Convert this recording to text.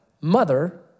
mother